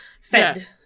fed